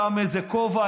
שם כובע,